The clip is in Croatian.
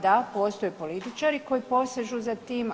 Da, postoje političari koji posežu za tim.